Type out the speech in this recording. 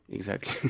exactly.